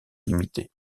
limités